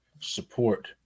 support